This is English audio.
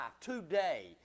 today